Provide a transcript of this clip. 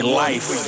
life